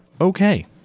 Okay